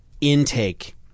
intake